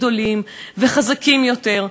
גדולים וחזקים יותר,